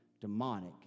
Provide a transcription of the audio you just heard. demonic